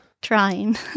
trying